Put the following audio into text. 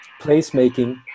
placemaking